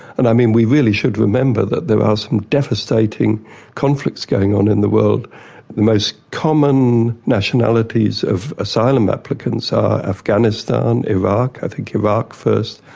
and i mean we really should remember that there are some devastating conflicts going on in the world. the most common nationalities of asylum applicants are afghanistan, iraq, i think iraq first,